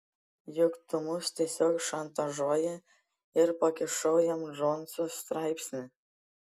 juk tu mus tiesiog šantažuoji ir pakišau jam džonso straipsnį